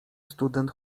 student